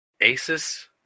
Asus